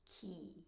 Key